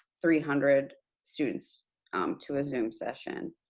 three hundred students to a zoom session.